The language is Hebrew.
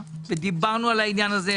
דיברנו על העניין הזה,